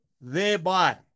thereby